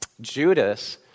Judas